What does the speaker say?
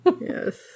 Yes